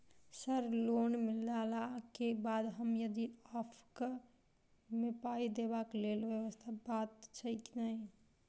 Sir loan मिलला केँ बाद हम यदि ऑफक केँ मे पाई देबाक लैल व्यवस्था बात छैय नै?